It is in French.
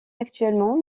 actuellement